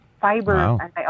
fiber